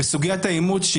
וסוגיית האימוץ,